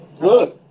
Good